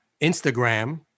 Instagram